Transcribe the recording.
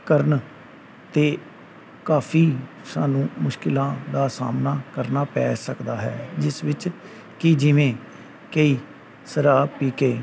ਕਰਨ 'ਤੇ ਕਾਫੀ ਸਾਨੂੰ ਮੁਸ਼ਕਲਾਂ ਦਾ ਸਾਹਮਣਾ ਕਰਨਾ ਪੈ ਸਕਦਾ ਹੈ ਜਿਸ ਵਿੱਚ ਕਿ ਜਿਵੇਂ ਕਈ ਸ਼ਰਾਬ ਪੀ ਕੇ